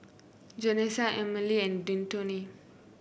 Janessa Emily and Detone